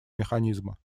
механизма